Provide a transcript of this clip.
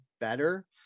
better